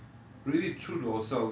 if we want to be